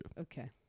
Okay